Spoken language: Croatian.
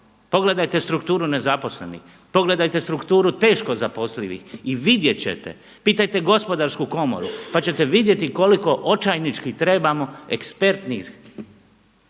Pogledajte strukturu nezaposlenih, pogledajte strukturu teško zaposlivih i vidjet ćete, pitajte Gospodarsku komoru pa ćete vidjeti koliko očajnički trebamo ekspertnih